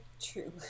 true